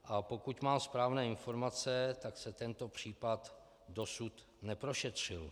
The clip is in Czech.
A pokud mám správné informace, tak se tento případ dosud neprošetřil.